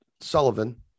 Sullivan